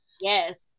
Yes